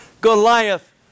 Goliath